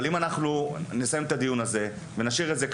אבל אם אנחנו נסיים את הדיון הזה ונשאיר את זה כך,